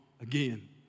again